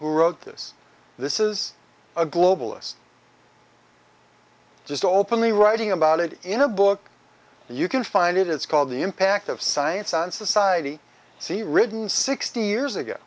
who wrote this this is a globalist just openly writing about it in a book you can find it it's called the impact of science on society see written sixty years ago